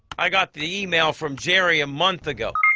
i got the e-mail from jerry a month ago.